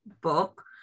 book